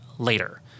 later